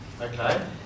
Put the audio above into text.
okay